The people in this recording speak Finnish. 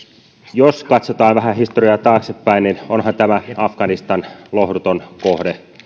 jos katsotaan vähän historiaa taaksepäin niin onhan tämä afganistan lohduton kohde